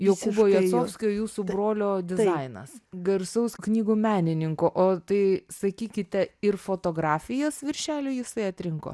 jokūbo jacovskio jūsų brolio dizainas garsaus knygų menininko o tai sakykite ir fotografijas viršeliui jisai atrinko